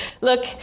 Look